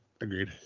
agreed